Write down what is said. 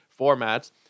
formats